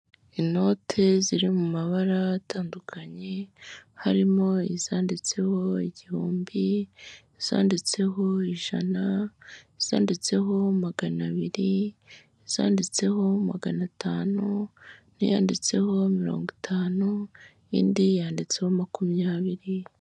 Inote ziri mu mabara atandukanye, harimo izananditseho igihumbi, izanditseho ijana izanditseho magana abiri, izanditseho magana atanu, n'iyanditseho mirongo itanu indi yanditseho makumyabiri.